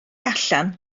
allan